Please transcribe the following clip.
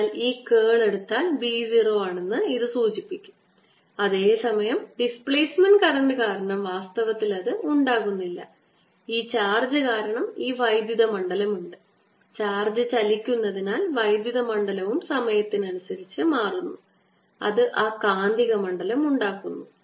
അതിനാൽ ഈ കേൾ എടുത്താൽ B 0 ആണെന്ന് ഇത് സൂചിപ്പിക്കും അതേസമയം ഡിസ്പ്ലേസ്മെൻറ് കറൻറ് കാരണം വാസ്തവത്തിൽ അത് ഉണ്ടാകുന്നില്ല ഈ ചാർജ് കാരണം ഈ വൈദ്യുത മണ്ഡലം ഉണ്ട് ചാർജ് ചലിക്കുന്നതിനാൽ വൈദ്യുത മണ്ഡലവും സമയത്തിനനുസരിച്ച് മാറുന്നു അത് ആ കാന്തിക മണ്ഡലം ഉണ്ടാക്കുന്നു